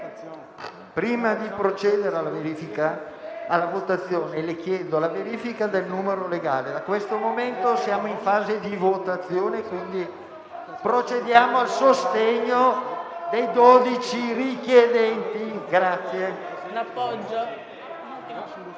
prima di procedere alla votazione, le chiedo la verifica del numero legale. Da questo momento siamo in fase di votazione, quindi procediamo all'appoggio da parte di dodici